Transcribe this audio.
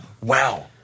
Wow